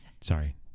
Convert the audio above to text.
Sorry